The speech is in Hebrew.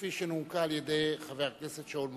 כפי שנומקה על-ידי חבר הכנסת שאול מופז.